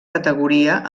categoria